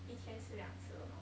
一天吃两次 or not